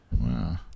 Wow